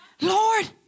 Lord